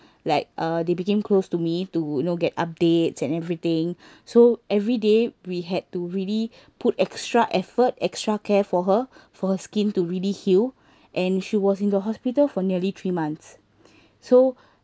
like uh they became close to me to know get updates and everything so everyday we had to really put extra effort extra care for her for her skin to really heal and she was in the hospital for nearly three months so